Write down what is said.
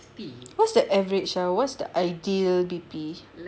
what's the average ah what's the ideal B_P